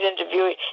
interviewing